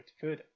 further